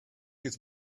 his